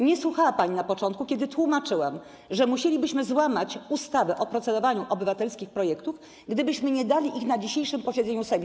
Nie słuchała pani na początku, kiedy tłumaczyłam, że musielibyśmy złamać przepisy ustawy o procedowaniu obywatelskich projektów, gdybyśmy nie przedstawili ich na dzisiejszym posiedzeniu Sejmu.